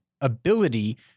ability